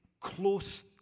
close